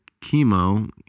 chemo